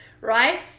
right